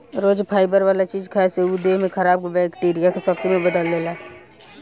रोज fibre वाला चीज खाए से उ देह में खराब बैक्टीरिया के शक्ति में बदल देला